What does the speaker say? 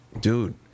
Dude